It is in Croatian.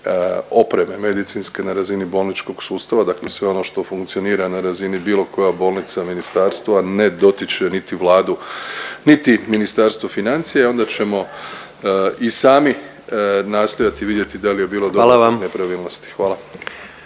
opreme medicinske na razini bolničkog sustava, dakle sve ono što funkcionira na razini bilo koja bolnica, ministarstva, ne dotiče niti Vladu, niti Ministarstvo financija, onda ćemo i sami nastojati vidjeti dal je bilo …/Govornik se